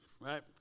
right